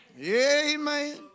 Amen